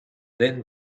then